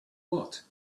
what